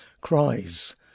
Cries